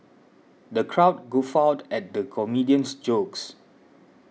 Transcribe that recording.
the crowd guffawed at the comedian's jokes